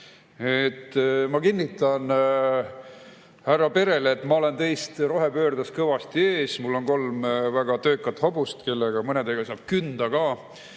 Ma kinnitan härra Perele, et ma olen temast rohepöördes kõvasti ees: mul on kolm väga töökat hobust, kellega mõnega saab künda ka.